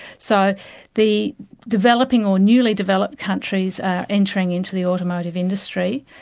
so the developing, or newly-developed countries are entering into the automotive industry,